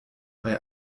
bei